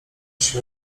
się